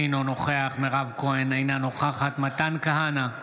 אינו נוכח מירב כהן, אינה נוכחת מתן כהנא,